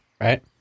Right